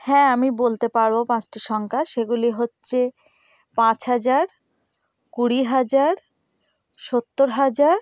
হ্যাঁ আমি বলতে পারবো পাঁচটা সংখ্যা সেগুলি হচ্ছে পাঁচ হাজার কুড়ি হাজার সত্তর হাজার